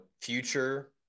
future